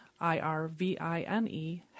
I-R-V-I-N-E